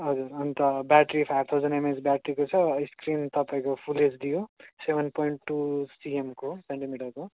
हजुर अन्त battery five thousand MH ब्याट्रीको छ स्क्रिन तपाईँको फुल एचडी हो सेभेन पोइन्ट टू सिएमको हो सेन्टीमिटरको हो